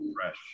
fresh